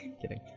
kidding